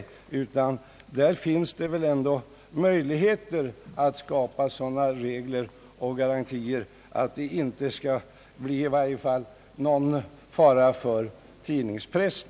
Det finns väl ändå i detta fall möjligheter att skapa sådana regler och garantier, att det inte skall bli i varje fall någon fara för tidningspressen.